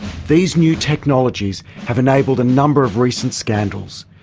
these new technologies have enabled a number of recent scandals.